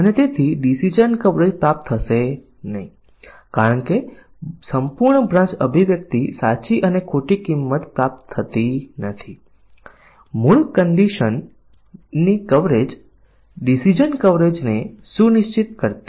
પરંતુ અને આ જરૂરીયાતો અથવા સોફ્ટવેરની કાર્યક્ષમતાના વર્ણન પર આધારિત છે પરંતુ તે પછી આપણને કોડના ભાગ વિશે કોઈ ખ્યાલ નથી તેથી પ્રોગ્રામરોએ કેટલાક કોડ લખ્યા છે જે ખરેખર આવશ્યકતાનો ભાગ નથી